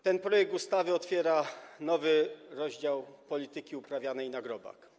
Ten projekt ustawy otwiera nowy rozdział polityki uprawianej na grobach.